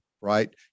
right